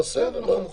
הן מוכנות,